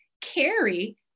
carry